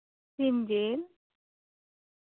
ᱥᱤᱢ ᱡᱤᱞ